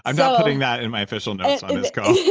and not putting that in my official notes on this call,